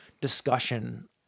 discussion